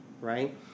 right